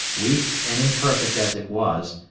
weak and imperfect as it was,